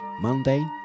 Monday